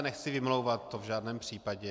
Nechci se vymlouvat, to v žádném případě.